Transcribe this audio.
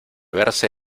verse